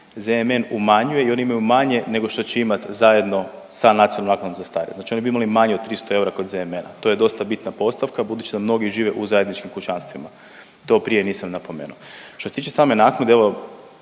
ZMN umanjuje i oni imaju manje nego što će imati zajedno sa nacionalnom zakladom za starije. Znači, oni bi imali manje od 300 eura kod ZMN-a. To je dosta bitna postavka budući da mnogi žive u zajedničkim kućanstvima. To prije nisam napomenuo. Što se tiče same naknade